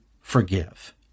forgive